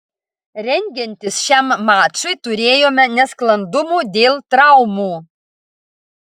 rengiantis šiam mačui turėjome nesklandumų dėl traumų